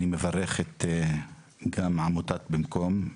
אני מברך גם את עמותת במקום,